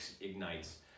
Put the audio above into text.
ignites